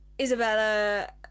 Isabella